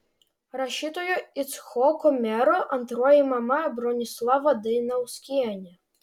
rašytojo icchoko mero antroji mama bronislava dainauskienė